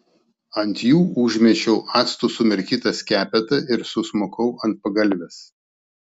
ant jų užmečiau actu sumirkytą skepetą ir susmukau ant pagalvės